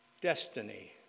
destiny